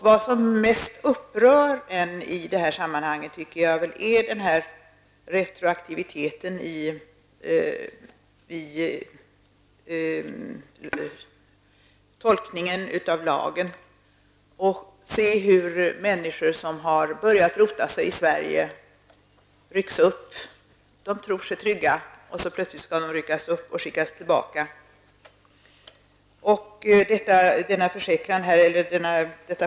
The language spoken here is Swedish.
Vad som mest upprör i det här sammanhanget tycker jag är retroaktiviteten när det gäller tolkningen av lagen -- att se hur människor som har börjat rota sig i Sverige rycks upp när de tror sig vara trygga och sedan skickas tillbaka.